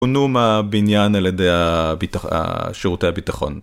פונו מהבניין על ידי השירותי הביטחון.